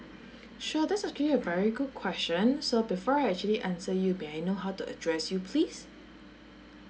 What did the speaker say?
sure that's actually a very good question so before I actually answer you may I know how to address you please